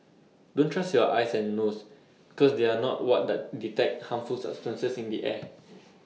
don't trust your eyes and nose because they are not what that detect harmful substances in the air